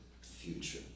Future